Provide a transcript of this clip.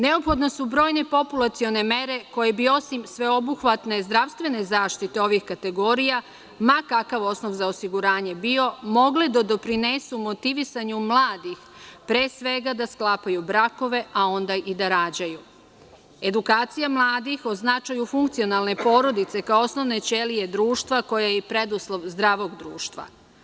Neophodne su brojne populacione mere koje bi osim sveobuhvatne zdravstvene zaštite ovih kategorija, ma kakav osnov za osiguranje bio, mogle da doprinesu motivisanju mladih, pre svega da sklapaju brakove a onda i da rađaju, edukacija mladih o značaju funkcionalne porodice kao osnovne ćelije društva, koja je i preduslov zdravog društva.